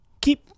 keep